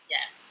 Yes